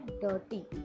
dirty